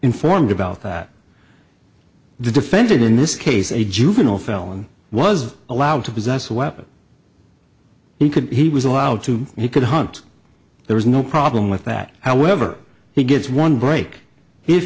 informed about that the defendant in this case a juvenile felon was allowed to possess a weapon he could he was allowed to he could hunt there's no problem with that however he gets one break